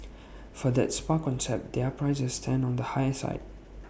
for that spa concept their prices stand on the higher side